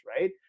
Right